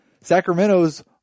Sacramento's